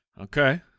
Okay